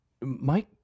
Mike